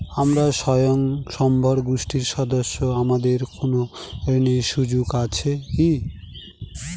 আমরা স্বয়ম্ভর গোষ্ঠীর সদস্য আমাদের কোন ঋণের সুযোগ আছে কি?